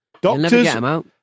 Doctors